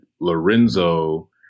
Lorenzo